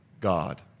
God